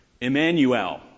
Emmanuel